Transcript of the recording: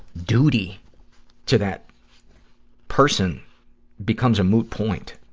duty to that person becomes a moot point.